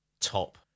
top